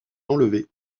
enlevé